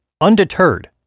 undeterred